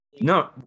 No